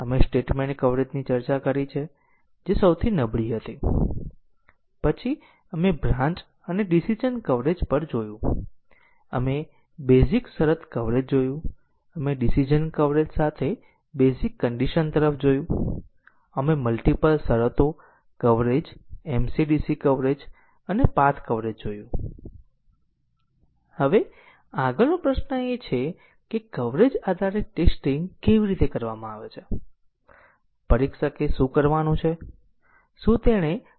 તુચ્છ પ્રેગ્રામ માટે જ્યાં કંટ્રોલ નું માત્ર લીનીયર સ્થાનાંતરણ થાય છે ત્યાં કોઈ શાખાઓ નથી તે માત્ર એક લીનીયર આલેખ હશે જ્યારે વાસ્તવિક પ્રેગ્રામોમાં તે એક જટિલ ગ્રાફ હશે અને અમે એક પ્રેગ્રામો માટે કંટ્રોલ ફલો આલેખ દોરવા માંગીએ છીએ જેથી આપણે નિર્ધારિત કરી શકીએ કે લીનીયર રીતે ઇનડીપેડેંટ માર્ગો શું છે અને પાથ ટેસ્ટીંગ નો અર્થ શું છે તે સમજવા માટે તેમના પર જરૂરી કવરેજ જરૂરી છે